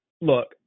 look